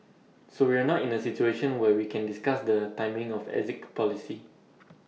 so we're not in A situation where we can discuss the timing of exit policy